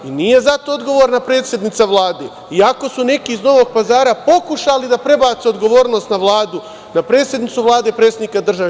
Nije zato odgovorna predsednica Vlade, iako su neki iz Novog Pazara pokušali da prebace odgovornost na Vladu, na predsednicu Vlade i predsednika država.